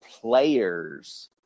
players